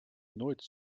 nooit